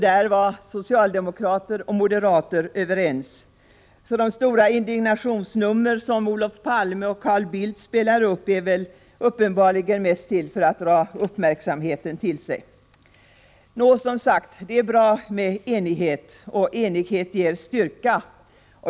Då var socialdemokrater och moderater också överens. De stora indignationsnummer som Olof Palme och Carl Bildt spelar upp är uppenbarligen mest till för att dra uppmärksamheten till sig. Som sagt: Det är bra med enighet, och enighet ger styrka.